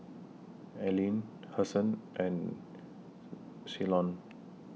Allene Hasan and Ceylon